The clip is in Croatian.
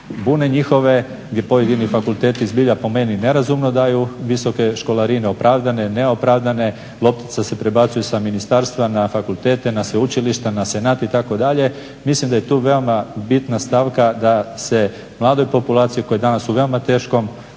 bune njihove gdje pojedini fakulteti zbilja po meni nerazumno daju visoke školarine, opravdane, neopravdane. Loptica se prebacuje sa ministarstva na fakultete, na sveučilišta, na senate itd. Mislim da je tu veoma bitna stavka da se mladoj populaciji koja je danas u veoma teškom